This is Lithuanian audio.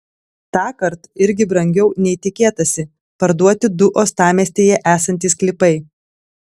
tąkart irgi brangiau nei tikėtasi parduoti du uostamiestyje esantys sklypai